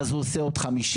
ואז הוא עושה עוד 50,